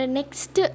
next